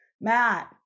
Matt